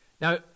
Now